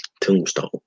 Tombstone